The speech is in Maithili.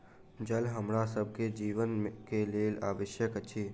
जल हमरा सभ के जीवन के लेल आवश्यक अछि